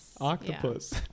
octopus